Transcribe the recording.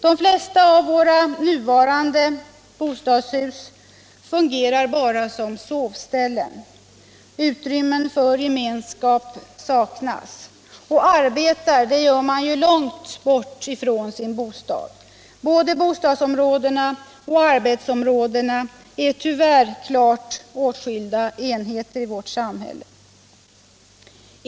De flesta av våra nuvarande bostadshus fungerar bara som sovställen. Utrymmen för gemenskap saknas. Och arbetar gör man ju långt bort ifrån sin bostad. Bostadsområdena och arbetsområdena är tyvärr klart åtskilda i vårt samhälle.